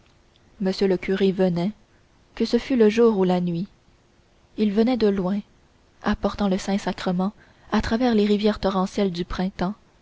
m le curé venait que ce fût le jour ou la nuit il venait de loin apportant le saint-sacrement à travers les rivières torrentielles du printemps